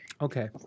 Okay